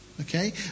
Okay